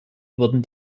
wurden